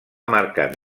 marcat